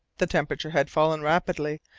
the temperature had fallen rapidly,